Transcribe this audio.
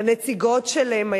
לנציגות שלהם,